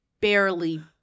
barely